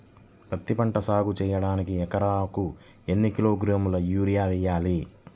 పత్తిపంట సాగు చేయడానికి ఎకరాలకు ఎన్ని కిలోగ్రాముల యూరియా వేయాలి?